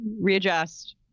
readjust